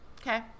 Okay